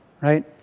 right